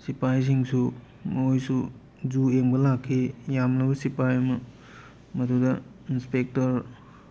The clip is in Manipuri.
ꯁꯤꯐꯥꯏꯁꯤꯡꯁꯨ ꯃꯣꯏꯁꯨ ꯖꯨ ꯌꯦꯡꯕ ꯂꯥꯛꯈꯤ ꯌꯥꯝꯂꯕ ꯁꯤꯐꯥꯏ ꯑꯃ ꯃꯗꯨꯗ ꯏꯟꯁꯄꯦꯛꯇꯔ